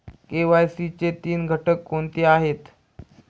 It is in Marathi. के.वाय.सी चे तीन घटक कोणते आहेत?